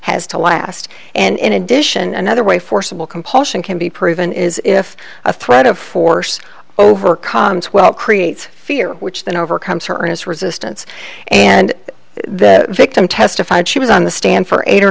has to last and in addition another way forcible compulsion can be proven is if a threat of force overcomes well creates fear which then overcomes her earnest resistance and the victim testified she was on the stand for eight or